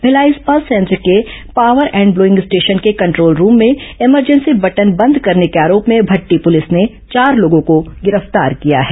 भिलाई इस्पात संयंत्र के पावर एंड ब्लोइंग स्टेशन के कंट्रोल रूम में इमरजेंसी बटन बंद करने के आरोप में भट्टी पुलिस ने चार लोगों को गिरफ्तार किया है